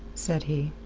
said he.